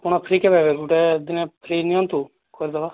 ଆପଣ ଫ୍ରି କେବେ ହେବେ ଗୋଟେ ଦିନ ଫ୍ରି ନିଅନ୍ତୁ କରିଦେବା